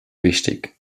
wichtig